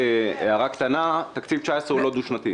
הערה קטנה: תקציב 2019 הוא לא דו-שנתי.